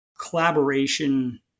collaboration